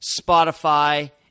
Spotify